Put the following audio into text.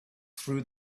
through